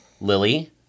lily